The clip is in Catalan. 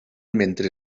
mentre